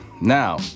Now